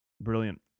brilliant